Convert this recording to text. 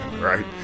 right